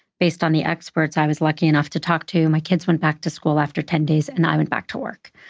based on the experts i was lucky enough to talk to, my kids went back to school after ten days, and i went back to work.